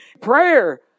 Prayer